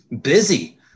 Busy